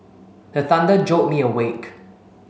the thunder jolt me awake